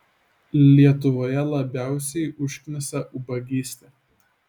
lietuvoje labiausiai užknisa ubagystė